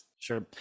Sure